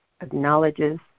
acknowledges